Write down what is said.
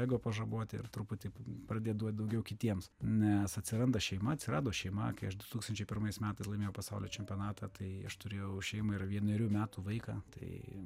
ego pažaboti ir truputį pradėt duoti daugiau kitiems nes atsiranda šeima atsirado šeima kai aš du tūkstančiai pirmais metais laimėjau pasaulio čempionatą tai aš turėjau šeimą ir vienerių metų vaiką tai